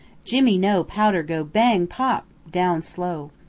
jimmy know powder go bang pop! down slow.